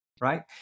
right